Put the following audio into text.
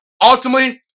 ultimately